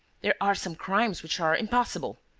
there are some crimes which are impossible!